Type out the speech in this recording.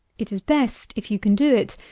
it is best, if you can do it,